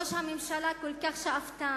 ראש הממשלה כל כך שאפתן,